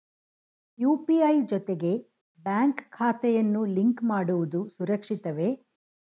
UPI ಜೊತೆಗೆ bank ಖಾತೆಯನ್ನು link ಮಾಡುವುದು ಸುರಕ್ಷಿತವೇ?